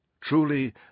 Truly